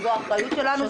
זה אחריות שלנו,